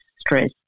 stress